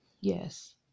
yes